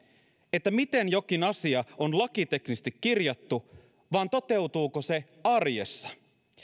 miten jokin asia on lakiteknisesti kirjattu vaan sitä toteutuuko se arjessa